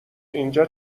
اینجا